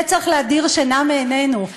זה צריך להדיר שינה מעינינו.